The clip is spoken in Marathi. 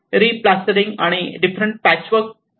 रिंप्लास्टरिंग आणि डिफरेन्ट पॅचवर्क केले गेले आहे